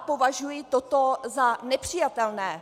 Považuji toto za nepřijatelné.